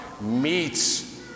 meets